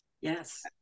Yes